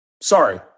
sorry